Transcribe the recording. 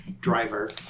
driver